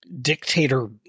dictator